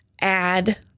add